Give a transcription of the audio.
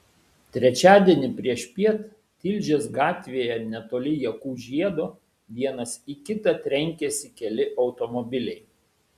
trečiadienį priešpiet tilžės gatvėje netoli jakų žiedo vienas į kitą trenkėsi keli automobiliai